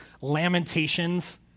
Lamentations